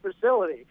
facility